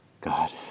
God